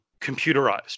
computerized